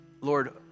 Lord